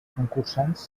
concursants